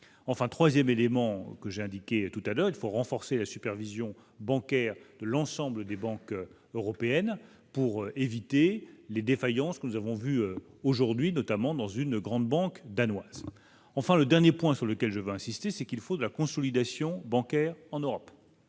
enfin 3ème élément que j'ai indiqué tout-à-l'heure il faut renforcer la supervision bancaire l'ensemble des banques européennes pour éviter les défaillances que nous avons vu aujourd'hui, notamment dans une grande banque danoise, enfin le dernier point sur lequel je veux insister, c'est qu'il faut de la consolidation bancaire en Europe.